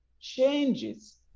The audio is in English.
changes